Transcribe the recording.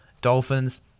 Dolphins